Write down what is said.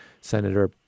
Senator